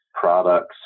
products